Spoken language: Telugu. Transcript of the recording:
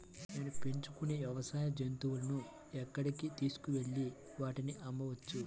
నేను పెంచుకొనే వ్యవసాయ జంతువులను ఎక్కడికి తీసుకొనివెళ్ళి వాటిని అమ్మవచ్చు?